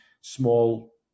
small